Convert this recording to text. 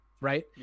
Right